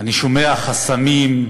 אני שומע חסמים,